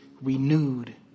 renewed